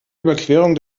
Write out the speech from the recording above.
überquerung